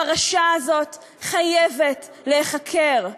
הפרשה הזאת חייבת להיחקר,